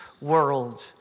world